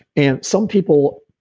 and some people.